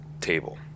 table